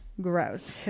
Gross